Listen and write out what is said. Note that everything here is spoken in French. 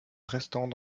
restants